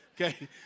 Okay